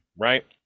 right